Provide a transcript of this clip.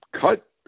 cut